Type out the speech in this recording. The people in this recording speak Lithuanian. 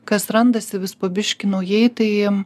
kas randasi vis po biškį naujai tai